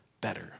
better